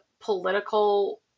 political